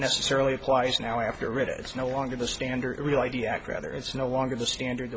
necessarily applies now after it is no longer the standard real i d act rather it's no longer the standard